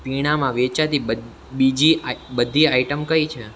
પીણાંમાં વેચાતી બીજી બધી આઇટમ કઈ છે